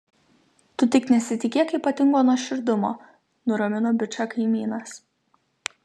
tu tik nesitikėk ypatingo nuoširdumo nuramino bičą kaimynas